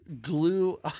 glue